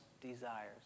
desires